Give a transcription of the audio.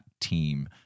team